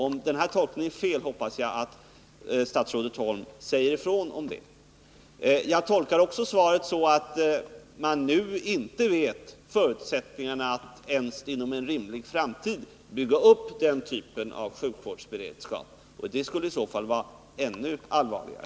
Om denna tolkning är felaktig hoppas jag att statsrådet Holm säger ifrån om det. Jag tolkar också svaret så, att man nu inte ens vet vilka förutsättningarna är för att inom en rimlig framtid bygga upp denna typ av sjukvårdsberedskap. Det skulle i så fall vara ännu allvarligare.